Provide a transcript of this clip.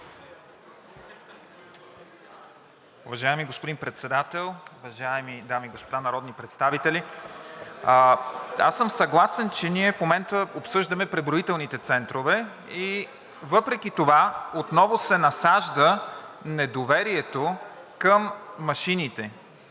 Уважаеми господин Председател, уважаеми дами и господа народни представители! Аз съм съгласен, че ние в момента обсъждаме преброителните центрове и въпреки това отново се насажда недоверието към машините.